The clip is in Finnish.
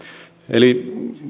eli